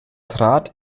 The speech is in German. trat